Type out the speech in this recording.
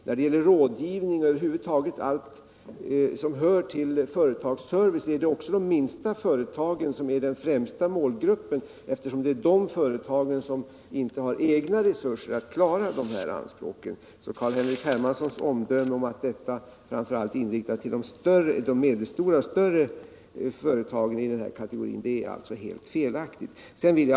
När det gäller rådgivning och över huvud taget allt som hör till företagsservice är också de minsta företagen den främsta målgruppen, eftersom det är de företagen som inte har egna resurser att klara dessa anspråk. Carl-Henrik Hermanssons omdöme att åtgärderna framför allt är inriktade på de större och medelstora företagen i denna kategori är alltså helt felaktigt.